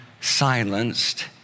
silenced